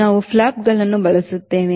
ನಾವು ಫ್ಲಾಪ್ಗಳನ್ನು ಬಳಸುತ್ತೇವೆ